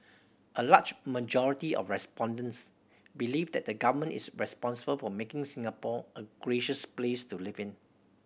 a large majority of respondents believe that the Government is responsible for making Singapore a gracious place to live in